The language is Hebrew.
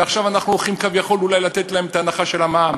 ועכשיו אנחנו הולכים כביכול אולי לתת את ההנחה של המע"מ.